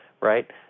right